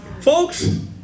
folks